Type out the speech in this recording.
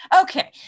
Okay